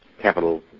capital